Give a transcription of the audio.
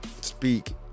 speak